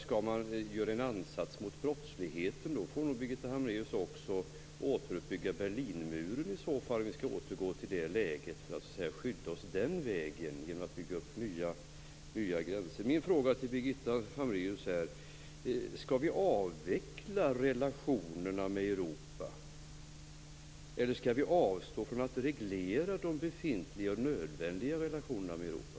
Skall man göra en ansats mot brottsligheten får nog Birgitta Hambraeus i så fall återuppbygga Berlinmuren om vi skall återgå till att skydda oss den vägen, dvs. genom att bygga upp nya gränser. Min fråga till Birgitta Hambraeus är: Skall vi avveckla relationerna med Europa, eller skall vi avstå från att reglera de befintliga och nödvändiga relationerna med Europa?